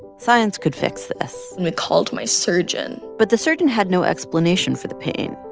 science could fix this we called my surgeon but the surgeon had no explanation for the pain.